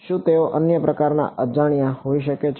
શું તેઓ અન્ય પ્રકારના અજાણ્યા હોઈ શકે છે